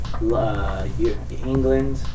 England